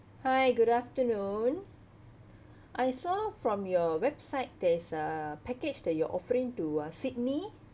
hi good afternoon I saw from your website there's uh package that you are offering to uh sydney